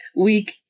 week